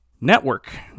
network